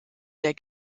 der